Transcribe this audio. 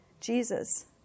Jesus